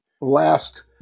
last